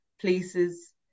places